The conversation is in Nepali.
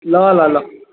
ल ल ल